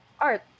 art